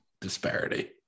disparity